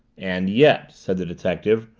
and yet, said the detective,